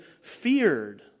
feared